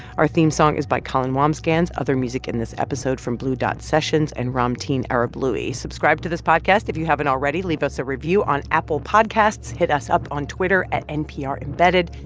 our theme song is by colin wambsgans. other music in this episode from blue dot sessions and ramtin arablouei. subscribe to this podcast if you haven't already. leave us a review on apple podcasts. hit us up on twitter at nprembedded.